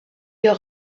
hier